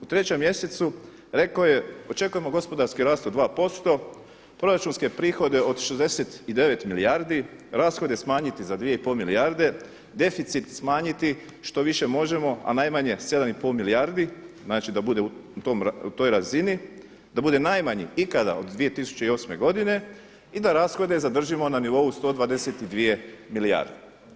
U trećem mjesecu rekao je očekujemo gospodarski rast od 2%, proračunske prihode od 69 milijardi, rashode smanjiti za 2,5 milijarde, deficit smanjiti što više možemo, a najmanje 7,5 milijardi znači da bude u toj razini, da bude najmanji ikada od 2008. godine i da rashode zadržimo na nivou 122 milijarde.